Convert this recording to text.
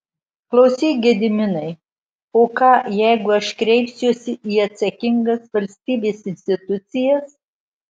klausyk gediminai o ką jeigu aš kreipsiuosi į atsakingas valstybės institucijas